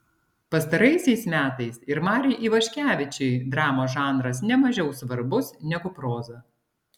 pastaraisiais metais ir mariui ivaškevičiui dramos žanras ne mažiau svarbus negu proza